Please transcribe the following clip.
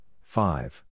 five